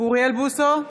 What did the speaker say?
אוריאל בוסו,